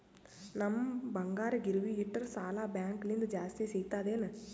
ನಮ್ ಬಂಗಾರ ಗಿರವಿ ಇಟ್ಟರ ಸಾಲ ಬ್ಯಾಂಕ ಲಿಂದ ಜಾಸ್ತಿ ಸಿಗ್ತದಾ ಏನ್?